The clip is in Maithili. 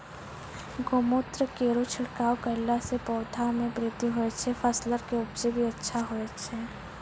गौमूत्र केरो छिड़काव करला से पौधा मे बृद्धि होय छै फसल के उपजे भी अच्छा होय छै?